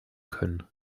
können